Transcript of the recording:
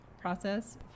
process